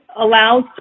allows